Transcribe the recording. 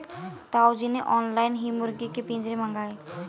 ताऊ जी ने ऑनलाइन ही मुर्गी के पिंजरे मंगाए